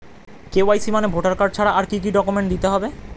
KYC মানে voter card ছাড়া আর কি কি ডকুমেন্ট দিতে হবে?